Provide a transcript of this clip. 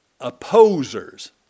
opposers